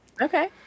Okay